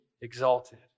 exalted